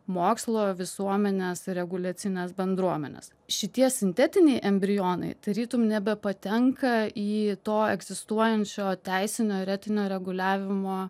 mokslo visuomenės ir reguliacinės bendruomenės šitie sintetiniai embrionai tarytum nebepatenka į to egzistuojančio teisinio ar etinio reguliavimo